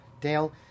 Dale